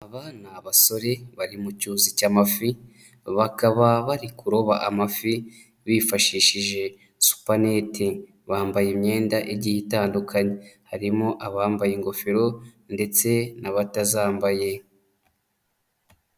Aba ni basore bari mu cyuzi cy'amafi, bakaba bari kuroba amafi, bifashishije supaneti, bambaye imyenda igiye itandukanye, harimo abambaye ingofero ndetse n'abatazambaye.